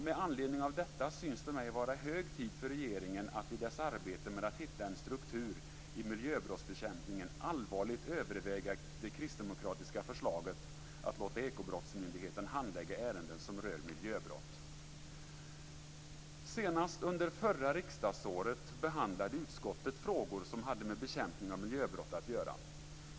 Med anledning av detta synes det mig vara hög tid för regeringen att i sitt arbete med att hitta en struktur i miljöbrottsbekämpningen allvarligt överväga det kristdemokratiska förslaget att låta Ekobrottsmyndigheten handlägga ärenden som rör miljöbrott. Senast under förra riksdagsåret behandlade utskottet frågor som hade med bekämpning av miljöbrott att göra.